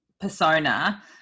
persona